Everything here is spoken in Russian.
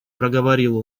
проговорил